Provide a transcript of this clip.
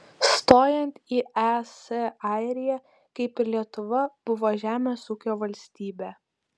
stojant į es airija kaip ir lietuva buvo žemės ūkio valstybė